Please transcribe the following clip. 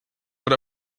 but